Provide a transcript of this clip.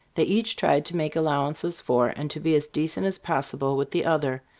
they each tried to make allowances for, and to be as decent as possible with, the other,